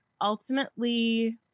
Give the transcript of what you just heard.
ultimately